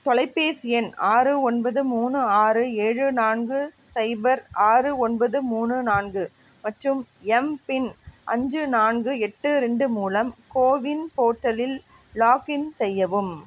தொலைபேசி எண் ஆறு ஒன்பது மூணு ஆறு ஏழு நான்கு சைபர் ஆறு ஒன்பது மூணு நான்கு மற்றும் எம்பின் அஞ்சு நான்கு எட்டு ரெண்டு மூலம் கோவின் போர்ட்டலில் லாக்இன் செய்யவும்